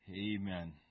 Amen